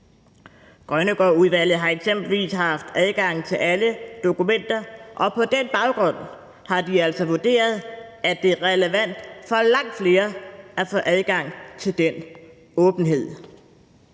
Grønnegårdudvalget har eksempelvis haft adgang til alle dokumenter, og på den baggrund har de altså vurderet, at det er relevant for langt flere at få adgang til den åbenhed.